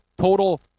Total